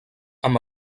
amb